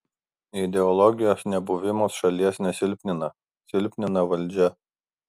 ideologijos nebuvimas šalies nesilpnina silpnina valdžią